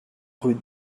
rue